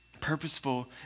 purposeful